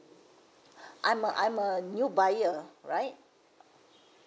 I'm a I'm a new buyer right